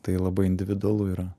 tai labai individualu yra